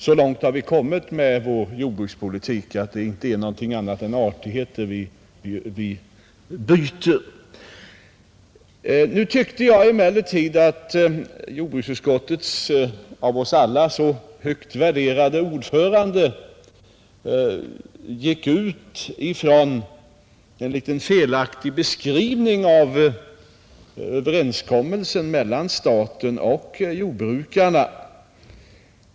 Så långt har vi nått med vår jordbrukspolitik att det inte är fråga om något annat än artigheter, Nu tyckte jag emellertid att jordbruksutskottet av oss alla så högt värderade ordförande gjorde en litet felaktig beskrivning av överenskommelsen mellan staten och jordbrukarna.